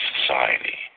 society